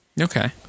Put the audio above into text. Okay